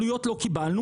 עלויות לא קיבלנו,